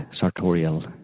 sartorial